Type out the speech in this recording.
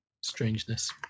strangeness